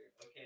Okay